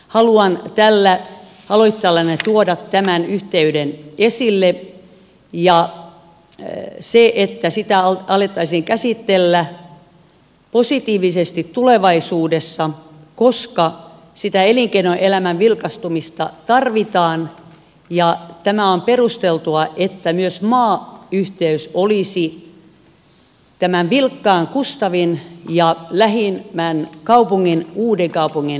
haluan tällä aloitteellani tuoda tämän yhteyden esille ja sen että sitä alettaisiin käsitellä positiivisesti tulevaisuudessa koska sitä elinkeinoelämän vilkastumista tarvitaan ja tämä on perusteltua että myös maayhteys olisi tämän vilkkaan kustavin ja lähimmän kaupungin uudenkaupungin välillä